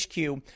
HQ